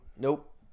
Nope